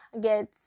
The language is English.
get